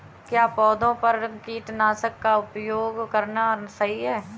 क्या पौधों पर कीटनाशक का उपयोग करना सही है?